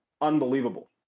unbelievable